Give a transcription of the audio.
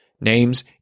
Names